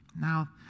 Now